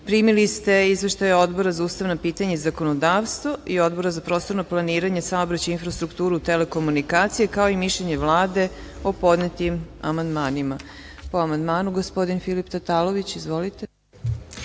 ste izveštaje Odbora za ustavna pitanja i zakonodavstvo i Odbora za prostorno planiranje, saobraćaj i infrastrukturu i telekomunikacije, kao i mišljenje Vlade o podnetim amandmanima. Po amandmanu, gospodin Filip Tatalović. **Filip